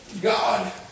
God